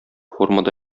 формада